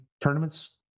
tournament's